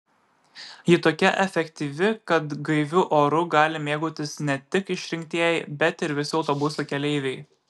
ji tokia efektyvi kad gaiviu oru gali mėgautis ne tik išrinktieji bet ir visi autobuso keleiviai